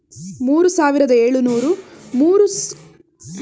ಮೂರು ಸಾವಿರದ ಏಳುನೂರು ಮೂರು ಕಸ್ತೂರಬಾ ಗಾಂಧಿ ಬಾಲಿಕ ವಿದ್ಯಾಲಯ ಇದೆ